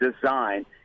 design